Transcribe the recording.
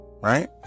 right